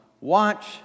watch